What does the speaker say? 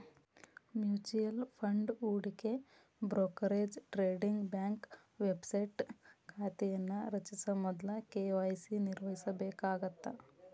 mutual fund ಹೂಡಿಕೆ brokerage trading bank website ಖಾತೆಯನ್ನ ರಚಿಸ ಮೊದ್ಲ ಕೆ.ವಾಯ್.ಸಿ ನಿರ್ವಹಿಸಬೇಕಾಗತ್ತ